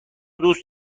دوست